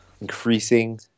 increasing